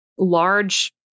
Large